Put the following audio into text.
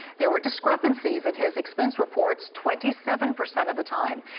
there were discrepancies in his expense reports, twenty seven percent of the time.